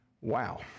Wow